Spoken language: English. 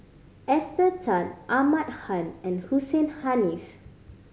Esther Tan Ahmad Khan and Hussein Haniff